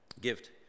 gift